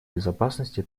безопасности